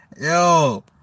Yo